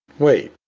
wait,